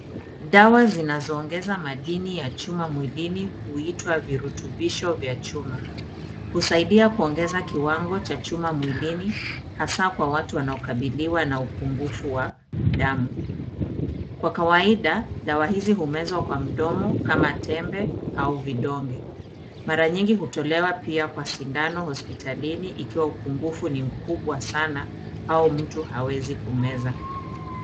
Dawa zinazoongeza madini ya chuma mwilini huitwa virutubisho vya chuma. Husaidia kuongeza kiwango cha chuma mwilini, hasa kwa watu wanaokabiliwa na upungufu wa damu. Kwa kawaida, dawa hizi humezwa kwa mdomo kama tembe au vidonge. Mara nyingi hutolewa pia kwa sindano hospitalini ikiwa upungufu ni mkubwa sana au mtu hawezi kumeza.